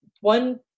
one